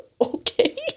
okay